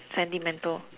sentimental